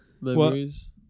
Memories